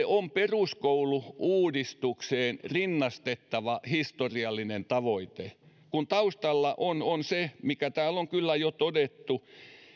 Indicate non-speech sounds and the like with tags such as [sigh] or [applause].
[unintelligible] on peruskoulu uudistukseen rinnastettava historiallinen tavoite kun taustalla on on se mikä täällä on kyllä jo todettu